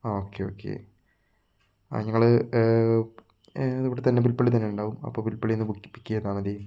ആ okay okay ആ ഞങ്ങൾ ഇവിടെ തന്നെ പുൽപള്ളി തന്നെയുണ്ടാവും അപ്പോൾ പുൽപള്ളിയിൽനിന്ന് പിക്ക് ചെയ്താൽ മതി